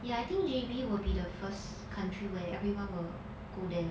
ya I think J_B will be the first country where everyone will go there